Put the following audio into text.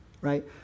right